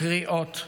קריאות,